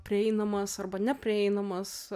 prieinamas arba neprieinamas